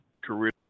career